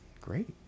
Great